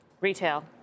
Retail